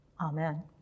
Amen